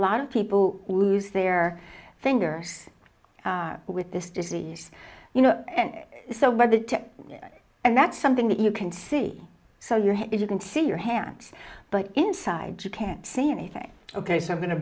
lot of people lose their finger with this disease you know and so by the tech and that's something that you can see so you're if you can see your hand but inside you can't see anything ok so i'm going to